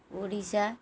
Odisha